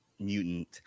mutant